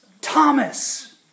Thomas